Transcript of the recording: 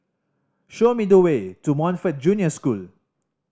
show me the way to Montfort Junior School